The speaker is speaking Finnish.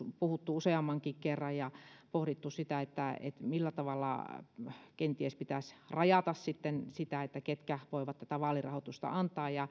puhuttu useammankin kerran ja pohdittu sitä millä tavalla kenties pitäisi rajata sitä ketkä voivat tätä vaalirahoitusta antaa